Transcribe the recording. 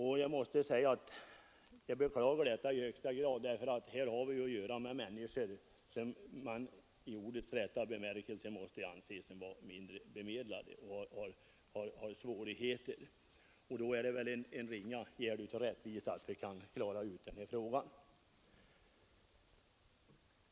Jag beklagar detta i högsta grad. Vi har här att göra med människor som i ordets rätta bemärkelse måste anses vara mindre bemedlade och som har svårigheter. Det vore därför en ringa gärd av rättvisa att vi klarade ut den här frågan.